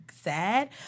sad